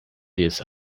this